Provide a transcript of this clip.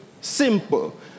simple